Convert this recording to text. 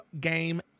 game